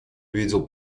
видел